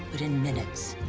but in minutes.